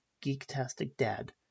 geek-tastic-dad